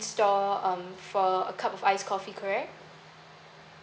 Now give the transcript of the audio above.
store um for a cup of ice coffee correct